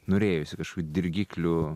norėjosi kažkokių dirgiklių